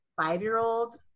five-year-old